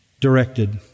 directed